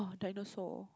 dinosaur